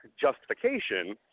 justification